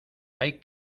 hay